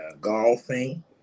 golfing